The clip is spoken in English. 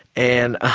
and ah